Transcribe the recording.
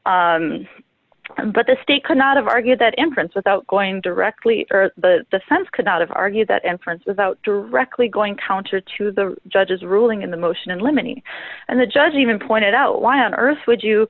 that but the state could not have argued that inference without going directly to the sense could not have argued that inference without directly going counter to the judge's ruling in the motion and limiting and the judge even pointed out why on earth would you